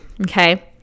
Okay